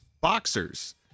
boxers